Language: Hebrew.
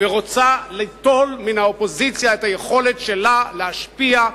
ורוצה ליטול מן האופוזיציה את היכולת שלה להשפיע,